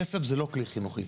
כסף זה לא כלי חינוכי.